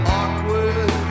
awkward